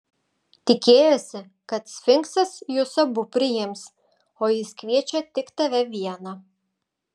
tikėjosi kad sfinksas jus abu priims o jis kviečia tik tave vieną